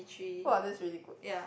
!wah! that's really good